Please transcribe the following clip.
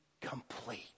complete